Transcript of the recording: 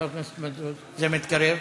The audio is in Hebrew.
חבר הכנסת מזוז, זה מתקרב.